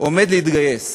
עומד להתגייס,